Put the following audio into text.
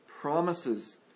promises